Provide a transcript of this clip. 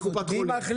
בקופת חולים,